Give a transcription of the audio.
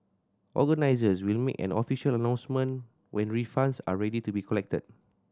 organisers will make an official announcement when refunds are ready to be collected